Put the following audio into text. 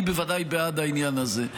אני בוודאי בעד העניין הזה.